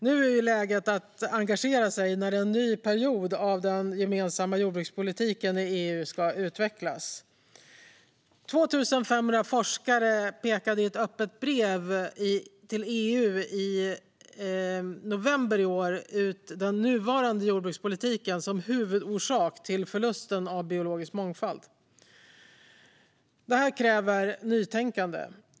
Nu är det läge att engagera sig när en ny period för den gemensamma jordbrukspolitiken i EU ska utvecklas. 2 500 forskare pekade i ett öppet brev till EU i november ut den nuvarande jordbrukspolitiken som huvudorsak till förlust av biologisk mångfald. Detta kräver nytänkande.